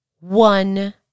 One